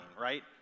right